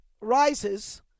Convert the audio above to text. rises